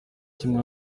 kimwe